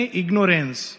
ignorance